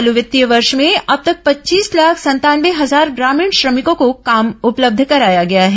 चालू वित्तीय वर्ष में अब तक पच्चीस लाख संतानवे हजार ग्रामीण श्रमिकों को काम उपलब्ध कराया गया है